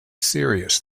serious